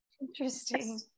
Interesting